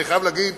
אני חייב להגיד